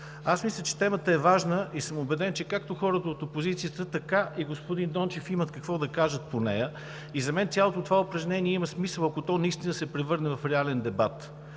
Мисля, че темата е важна и съм убеден, че както хората от опозицията, така и господин Дончев имат какво да кажат по нея. За мен цялото това упражнение има смисъл, ако то наистина се превърне в реален дебат